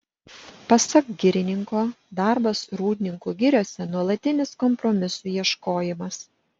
pasak girininko darbas rūdninkų giriose nuolatinis kompromisų ieškojimas